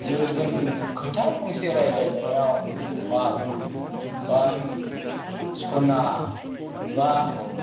जोथोन खोथा फंसे रायज्लायनायाव बाबु एबा सना